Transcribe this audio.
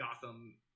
Gotham